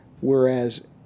Whereas